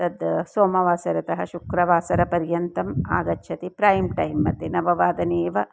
तद् सोमवासरतः शुक्रवासरपर्यन्तम् आगच्छति प्रैम् टैम्मध्ये नववादने एव